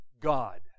God